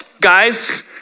guys